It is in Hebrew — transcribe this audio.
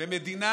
במדינה